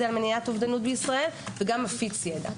על מניעת אובדנות בישראל וגם מפיץ ידע.